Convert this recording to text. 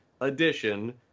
edition